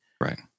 Right